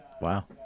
Wow